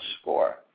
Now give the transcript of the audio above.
score